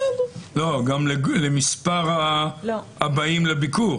לא, גם למספר הבאים לביקור.